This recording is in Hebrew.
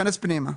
כנס פנימה.